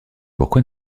pourquoi